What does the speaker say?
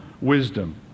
wisdom